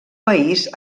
país